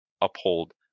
uphold